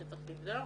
שצריך לבדוק